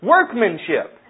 Workmanship